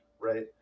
right